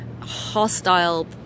hostile